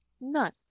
None